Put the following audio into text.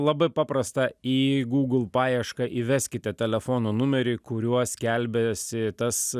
labai paprasta į google paiešką įveskite telefono numerį kuriuo skelbiasi tas